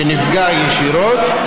שנפגע ישירות,